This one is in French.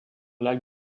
l’acte